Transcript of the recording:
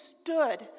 stood